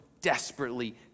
desperately